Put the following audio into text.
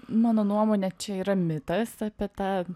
mano nuomone čia yra mitas apie tą